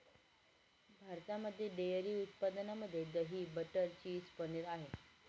भारताच्या डेअरी उत्पादनामध्ये दही, बटर, चीज, पनीर आहे